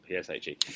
PSHE